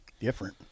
different